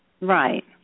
Right